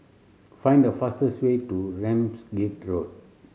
find the fastest way to Ramsgate Road